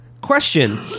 Question